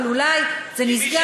אבל אולי זה נסגר,